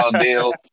deal